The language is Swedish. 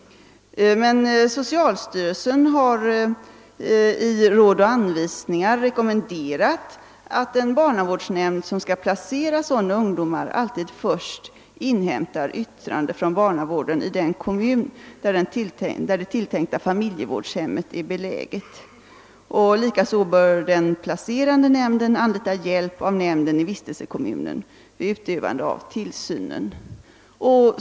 Socialstyrelsen har dock i Råd och anvisningar rekommenderat att en barnavårdsnämnd som skall placera sådana ungdomar alltid först inhämtar yttrande från barnavårdsnämnden i den kommun, där det tilltänkta familjevårdshemmet är beläget. Likaså bör den pla cerande nämnden anlita hjälp av nämnden i vistelsekommunen vid utövande av tillsynen.